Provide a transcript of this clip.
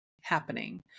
happening